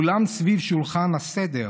כולם סביב שולחן הסדר,